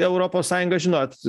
europos sąjunga žinot